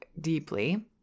deeply